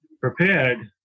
prepared